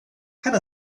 kann